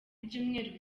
ibyumweru